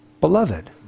beloved